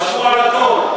חשבו על הכול,